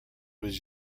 was